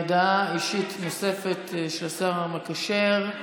הודעה אישית נוספת, של השר המקשר.